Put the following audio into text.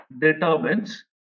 determines